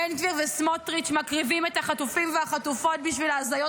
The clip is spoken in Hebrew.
בן גביר וסמוטריץ' מקריבים את החטופים והחטופות בשביל ההזיות